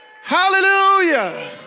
hallelujah